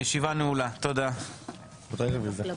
הישיבה ננעלה בשעה 14:10.